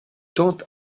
tente